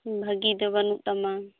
ᱵᱷᱟᱹᱜᱤ ᱫᱚ ᱵᱟᱹᱱᱩᱜ ᱛᱟᱢᱟ